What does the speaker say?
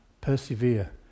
persevere